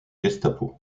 gestapo